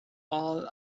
all